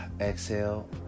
Exhale